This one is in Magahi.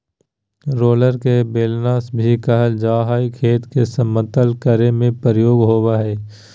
रोलर के बेलन भी कहल जा हई, खेत के समतल करे में प्रयोग होवअ हई